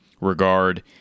regard